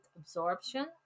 absorption